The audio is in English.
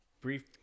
brief